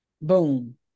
boom